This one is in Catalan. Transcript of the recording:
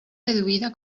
deduïda